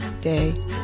day